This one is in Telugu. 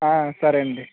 సరే అండి